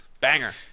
banger